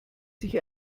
sich